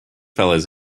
fellows